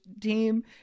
team